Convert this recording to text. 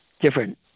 different